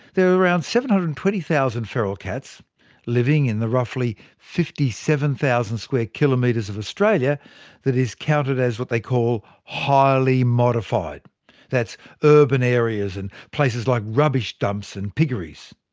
there are around seven hundred and twenty thousand feral cats living in the roughly fifty seven thousand square kilometres of australia that is counted as what they call highly modified that's urban areas and places like, rubbish dumps and piggeries.